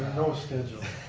no schedule.